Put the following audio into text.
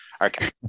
okay